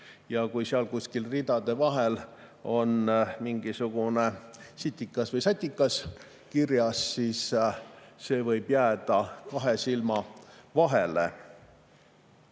Ja kui seal kuskil ridade vahel on mingisugune sitikas või satikas kirjas, siis see võib jääda kahe silma vahele.